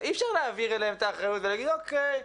אי אפשר להעביר אליהם את האחריות ולהגיד: אוקיי,